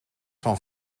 van